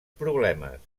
problemes